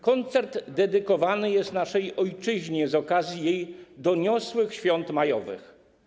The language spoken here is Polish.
Koncert dedykowany jest naszej ojczyźnie z okazji jej doniosłych świąt majowych.